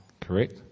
Correct